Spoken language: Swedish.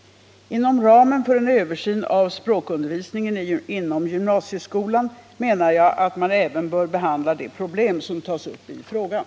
Inom ramen för en översyn av språkundervisningen igymnasieskolan menar jag att man även bör behandla de problem som tas upp i frågan.